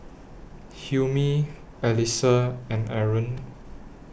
Hilmi Alyssa and Aaron